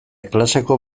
klaseko